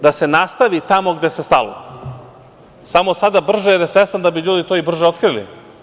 Da se nastavi tamo gde se stalo, samo sada brže, jer je svestan da bi ljudi to brže i otkrili.